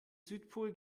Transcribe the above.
südpol